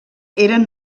eren